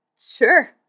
Sure